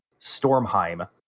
Stormheim